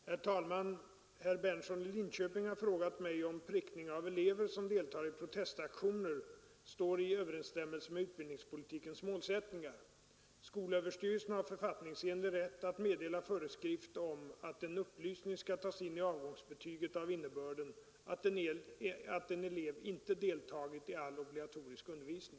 Herr talman! Herr Berndtson i Linköping har frågat mig, om prickning av elever som deltar i protestaktioner står i överensstämmelse med utbildningspolitikens målsättningar. Skolöverstyrelsen har författningsenlig rätt att meddela föreskrift om att en upplysning skall tas in i avgångsbetyget av innebörden att en elev inte deltagit i all obligatorisk undervisning.